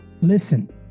listen